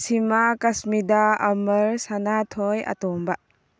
ꯁꯤꯃꯥ ꯀꯁꯃꯤꯗꯥ ꯑꯃꯔ ꯁꯥꯅꯥꯊꯣꯏ ꯑꯇꯣꯝꯕ